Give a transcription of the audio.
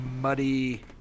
muddy